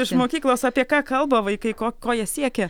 iš mokyklos apie ką kalba vaikai ko ko jie siekia